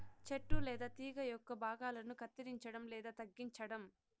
చెట్టు లేదా తీగ యొక్క భాగాలను కత్తిరించడం లేదా తగ్గించటం